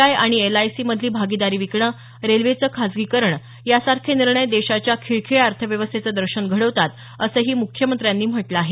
I आणि एलआयसीमधली भागीदारी विकणं रेल्वेचं खाजगीकरण यासारखे निर्णय देशाच्या खिळखिळ्या अर्थव्यवस्थेचं दर्शन घडवतात असंही मुख्यमंत्र्यांनी म्हटलं आहे